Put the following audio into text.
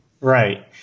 Right